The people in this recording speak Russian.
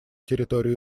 территорию